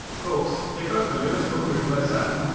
folks, check out the latest book written by zach,